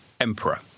emperor